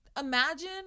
Imagine